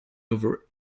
over